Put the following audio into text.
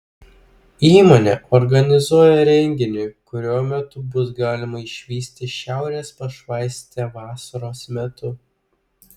įmonė organizuoja renginį kurio metu bus galima išvysti šiaurės pašvaistę vasaros metu